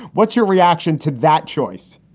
what's your reaction to that choice?